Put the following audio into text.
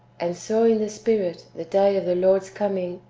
and saw in the spirit the day of the lord's coming,